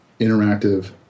interactive